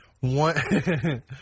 One